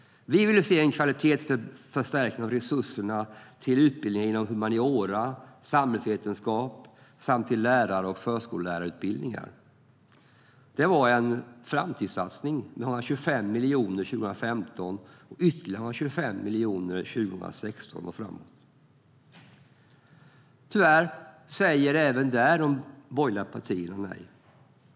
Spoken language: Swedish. Vi ville se en kvalitetsförstärkning av resurserna till utbildningar inom humaniora och samhällsvetenskap samt till lärar och förskollärarutbildningar. Det var en framtidssatsning på 125 miljoner kronor 2015 och ytterligare 125 miljoner kronor från 2016 och framåt. Tyvärr säger de borgerliga partierna nej även där.